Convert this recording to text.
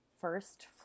first